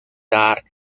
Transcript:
dark